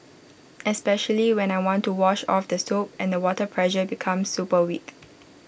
especially when I want to wash off the soap and the water pressure becomes super weak